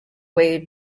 way